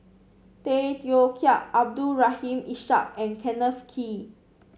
Tay Teow Kiat Abdul Rahim Ishak and Kenneth Kee